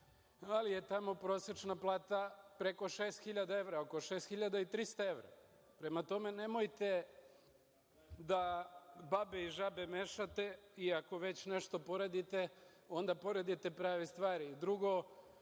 ali je tamo prosečna plata preko 6000 evra, oko 6300 evra. Prema tome, nemojte da babe i žabe mešate. Ako već nešto poredite, onda poredite prave stvari. Drugo,